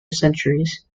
centuries